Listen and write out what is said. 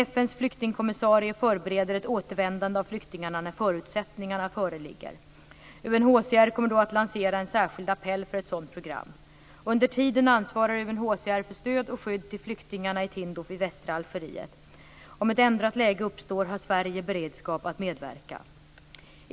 FN:s flyktingkommissarie, UNHCR, förbereder ett återvändande av flyktingarna när förutsättningar för ett sådant föreligger. UNHCR kommer då att lansera en särskild appell för ett sådant program. Under tiden ansvarar UNHCR för stöd och skydd till flyktingarna i Tindouf i västra Algeriet. Om ett ändrat läge uppstår har Sverige beredskap att medverka.